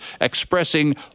expressing